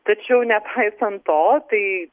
tačiau nepaisant to tai